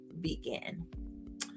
begin